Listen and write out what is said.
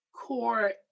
core